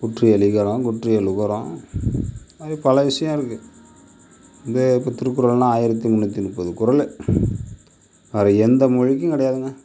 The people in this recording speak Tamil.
குற்றியலிகரம் குற்றியலுகரம் அது பல விஷயோம் இருக்கு இந்த இப்போ திருக்குறள்ன்னா ஆயிரத்து முன்னூற்றி முப்பது குரள் வேறு எந்த மொழிக்கும் கிடையாதுங்க